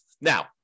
Now